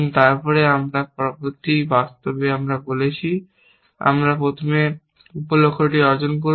তারপর আমরা পরবর্তী উপ লক্ষ্য অর্জন করব